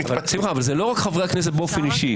זה לא רק חברי הכנסת באופן אישי,